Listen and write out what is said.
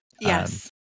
Yes